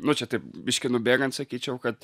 nu čia taip biškį nubėgant sakyčiau kad